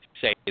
say